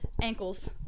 Ankles